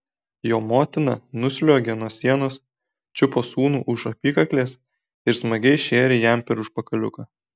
jo motina nusliuogė nuo sienos čiupo sūnų už apykaklės ir smagiai šėrė jam per užpakaliuką